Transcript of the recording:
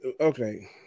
Okay